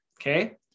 Okay